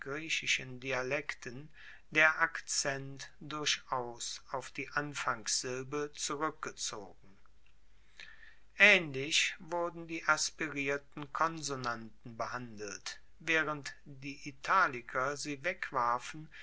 dialekten der akzent durchaus auf die anfangssilbe zurueckgezogen aehnlich wurden die aspirierten konsonanten behandelt waehrend die italiker sie wegwarfen